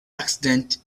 accidents